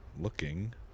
looking